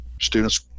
students